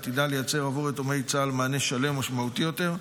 שעתידה לייצר עבור יתומי צה"ל מענה שלם ומשמעותי יותר.